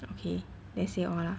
okay then say what ah